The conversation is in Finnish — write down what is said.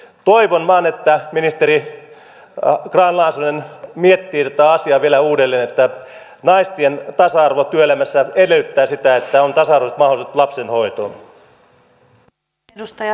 toivon vain että ministeri grahn laasonen miettii tätä asiaa vielä uudelleen että naisten tasa arvo työelämässä edellyttää sitä että on tasa arvoiset mahdollisuudet lastenhoitoon